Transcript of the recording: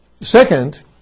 Second